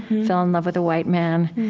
fell in love with a white man.